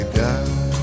down